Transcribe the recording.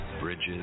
bridges